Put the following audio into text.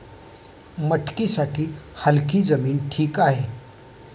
मटकीसाठी हलकी जमीन ठीक आहे